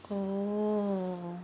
oh